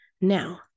Now